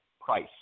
price